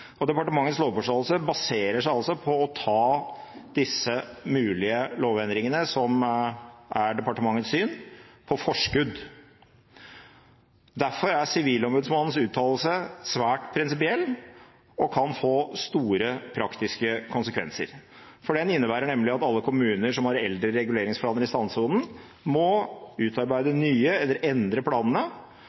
lovteksten. Departementets lovforståelse baserer seg altså på å ta disse mulige lovendringene som er departementets syn, på forskudd. Derfor er Sivilombudsmannens uttalelse svært prinsipiell og kan få store praktiske konsekvenser, for den innebærer nemlig at alle kommuner som har eldre reguleringsplaner i strandsonen, må utarbeide nye planer eller endre planene,